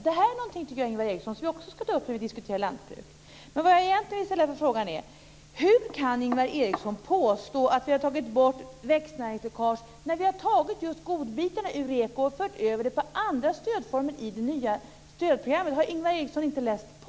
Det här är någonting som vi också bör ta upp när vi diskuterar lantbruk. Vad jag vill fråga är: Hur kan Ingvar Eriksson påstå att vi har tagit bort växtnäringsläckage när vi har tagit just godbitarna ur REKO och fört över till andra stödformer i de nya stödprogrammen? Har inte Ingvar Eriksson läst på?